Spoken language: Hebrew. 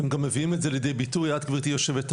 הם גם מביאים את זה לידי ביטוי את גברתי יושבת-הראש,